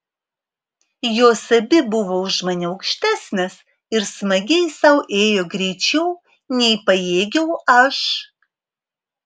jos abi buvo už mane aukštesnės ir smagiai sau ėjo greičiau nei pajėgiau aš